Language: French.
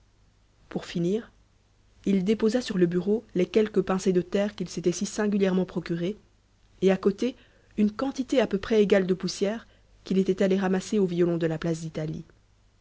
pour finir il déposa sur le bureau les quelques pincées de terre qu'il s'était si singulièrement procurées et à côté une quantité à peu près égale de poussière qu'il était allé ramasser au violon de la place d'italie